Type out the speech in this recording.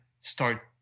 start